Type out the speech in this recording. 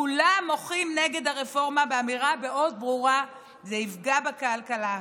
כולם מוחים נגד הרפורמה באמירה מאוד ברורה שזה יפגע בכלכלה.